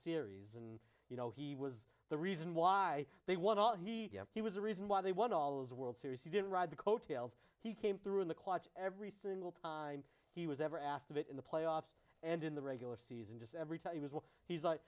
series and you know he was the reason why they won all he he was the reason why they won all those world series he didn't ride the coattails he came through in the clutch every single time he was ever asked of it in the playoffs and in the regular season just every time he was well he's like